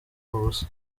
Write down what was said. ubusa